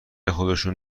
خودشون